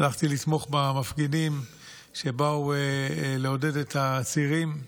הלכתי לתמוך במפגנים שבאו לעודד את הצעירים.